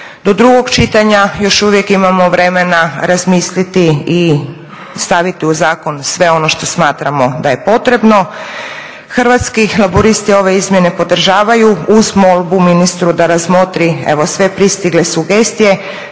Do drugog čitanja još uvijek imamo vremena razmisliti i staviti u zakon sve ono što smatramo da je potrebno. Hrvatski laburisti ove izmjene podržavaju, uz molbu ministru da razmotri evo sve pristigle sugestije